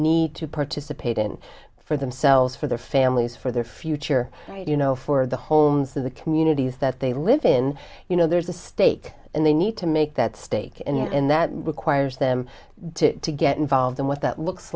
need to participate in for themselves for their families for their future you know for the homes of the communities that they live in you know there's a state and they need to make that stake and that requires them to get involved in what that looks